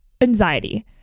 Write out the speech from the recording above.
anxiety